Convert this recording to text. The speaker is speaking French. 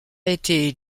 été